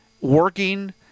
working